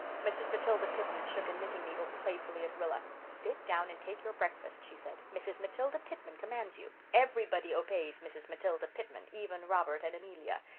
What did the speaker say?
mrs. matilda pitman shook a knitting-needle playfully at rilla. sit down and take your breakfast, she said. mrs. matilda pitman commands you. everybody obeys mrs. matilda pitman even robert and amelia.